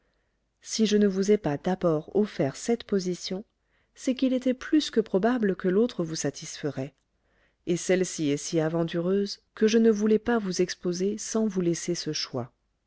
si je ne vous ai pas d'abord offert cette position c'est qu'il était plus que probable que l'autre vous satisferait et celle-ci est si aventureuse que je ne voulais pas vous exposer sans vous laisser ce choix